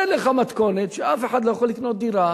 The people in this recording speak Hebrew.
הרי לך מתכונת שאף אחד לא יכול לקנות דירה,